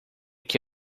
que